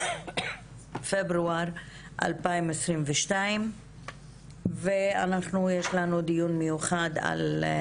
בפברואר 2022. יש לנו דיון מיוחד בנושא: